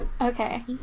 Okay